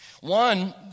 One